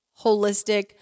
holistic